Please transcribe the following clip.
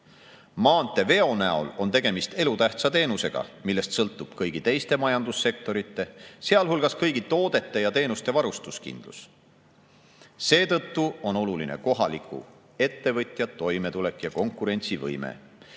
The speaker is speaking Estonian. Maanteeveo näol on tegemist elutähtsa teenusega, millest sõltub kõigi teiste majandussektorite, sealhulgas kõigi toodete ja teenuste varustuskindlus. Seetõttu on oluline kohaliku ettevõtja toimetulek ja konkurentsivõime,